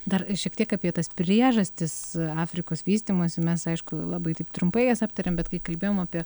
dar šiek tiek apie tas priežastis afrikos vystymąsi mes aišku labai taip trumpai jas aptarėm bet kai kalbėjom apie